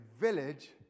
village